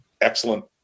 excellent